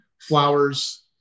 flowers